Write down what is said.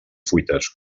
fuites